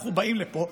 אנחנו באים לפה,